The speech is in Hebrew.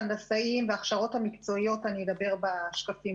ההנדסאים וההכשרות המקצועיות אני אדבר בהמשך.